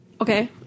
Okay